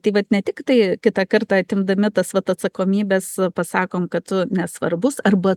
tai vat ne tiktai kitą kartą atimdami tas vat atsakomybes pasakom kad tu nesvarbus arba